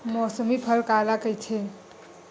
मौसमी फसल काला कइथे?